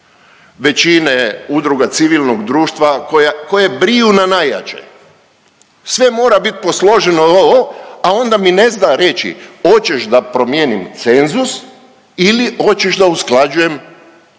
većine udruga civilnog društva koje briju na najjače, sve mora bit posloženo o, o, a onda mi ne zna reći hoćeš da promijenim cenzus ili hoćeš da usklađujem naknadu?